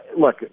look